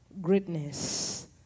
greatness